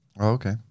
Okay